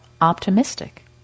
optimistic